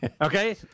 Okay